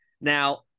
Now